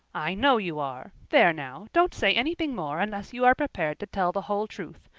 i know you are. there now, don't say anything more unless you are prepared to tell the whole truth.